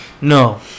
No